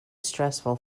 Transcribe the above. stressful